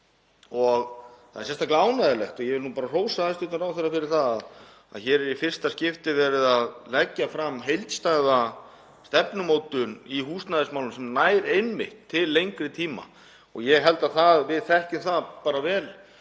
Það er sérstaklega ánægjulegt, og ég vil bara hrósa hæstv. ráðherra fyrir það, að hér er í fyrsta skipti verið að leggja fram heildstæða stefnumótun í húsnæðismálum sem nær einmitt til lengri tíma og ég held að við þekkjum það vel